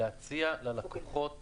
להציע ללקוחות